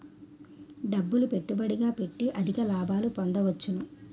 డబ్బులు పెట్టుబడిగా పెట్టి అధిక లాభాలు పొందవచ్చును